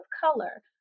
color